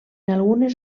algunes